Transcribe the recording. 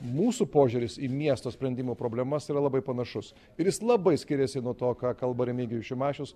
mūsų požiūris į miesto sprendimo problemas yra labai panašus ir jis labai skiriasi nuo to ką kalba remigijus šimašius